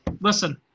listen